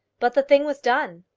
but the thing was done.